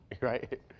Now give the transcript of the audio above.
Right